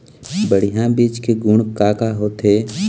बढ़िया बीज के गुण का का होथे?